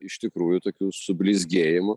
iš tikrųjų tokių sublizgėjimų